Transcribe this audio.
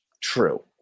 True